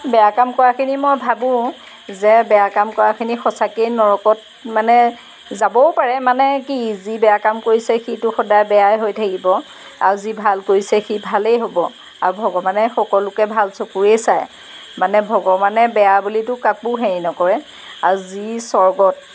বেয়া কাম কৰাখিনি মই ভাবোঁ যে বেয়া কাম কৰাখিনি সঁচাকেই নৰকত মানে যাবও পাৰে মানে কি যি বেয়া কাম কৰিছে সিটো সদায় বেয়াই হৈ থাকিব আৰু যি ভাল কৰিছে সি ভালেই হ'ব আৰু ভগৱানে সকলোকে ভাল চকুৰেই চায় মানে ভগৱানে বেয়া বুলিতো কাকো হেৰি নকৰে আৰু যি স্বৰ্গত